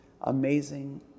amazing